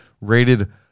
rated